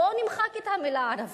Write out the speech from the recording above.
בואו ונמחק את המלה "ערבית",